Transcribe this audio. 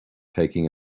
taking